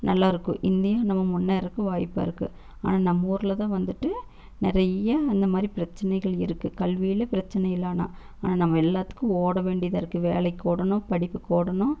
நல்லாயிருக்கும் இந்தியா நம்ம முன்னேறத்துக்கு வாய்ப்பிருக்கு ஆனால் நம்மூரில் தான் வந்துவிட்டு நிறைய இந்தமாதிரி பிரச்சனைகள் இருக்கு கல்வியில் பிரச்சனை இல்லை ஆனால் ஆனால் நம்ம எல்லாத்துக்கும் ஓட வேண்டியதாயிருக்கு வேலைக்கு ஓடணும் படிப்புக்கு ஓடணும்